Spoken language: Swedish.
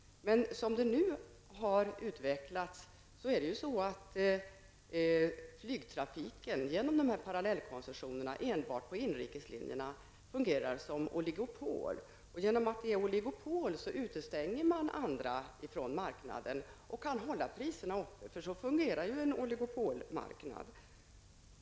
Men som det nu har utvecklats är det så att flygtrafiken genom parallellkoncessionerna enbart på inrikeslinjerna fungerar som oligopol. Genom att det är oligopol utestänger man andra från marknaden och kan hålla priserna uppe. Så fungerar en oligopolmarknad.